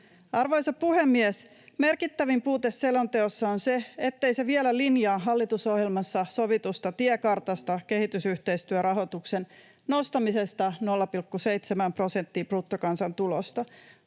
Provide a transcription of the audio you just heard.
Arvoisa puhemies! Merkittävin puute selonteossa on se, ettei se vielä linjaa hallitusohjelmassa sovitusta tiekartasta, kehitysyhteistyön rahoituksen nostamisesta 0,7 prosenttiin bruttokansantulosta,